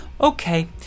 Okay